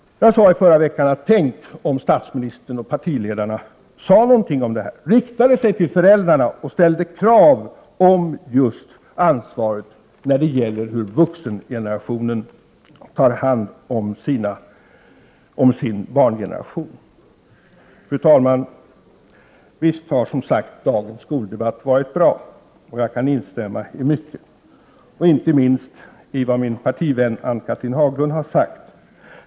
Jag sade i förra veckan: Tänk om statsministern och partiledarna sade någonting om detta, riktade sig till föräldrarna och ställde krav på vuxengenerationen att ta ansvar när det gäller att ta hand om barngenerationen! Fru talman! Visst har som sagt dagens skoldebatt varit bra. Jag kan instämma i mycket — inte minst i vad min partivän Ann-Cathrine Haglund har sagt.